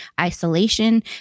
isolation